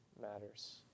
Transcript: matters